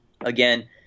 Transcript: Again